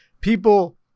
people